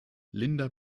linda